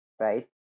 right